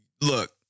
look